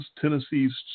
Tennessee's